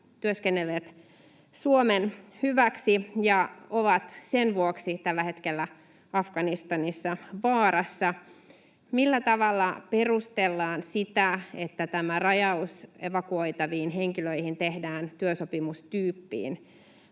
työskennelleet Suomen hyväksi ja ovat sen vuoksi tällä hetkellä Afganistanissa vaarassa. Millä tavalla perustellaan sitä, että tämä rajaus evakuoitaviin henkilöihin tehdään työsopimustyyppiin